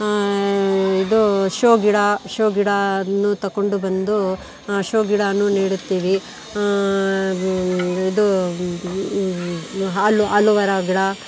ಇದು ಶೋ ಗಿಡ ಶೋ ಗಿಡವನ್ನು ತಗೊಂಡು ಬಂದು ಶೋ ಗಿಡವನ್ನು ನೆಡುತ್ತೀವಿ ಇದು ಹಾಲು ಅಲೊವೆರಾ ಗಿಡ